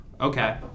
okay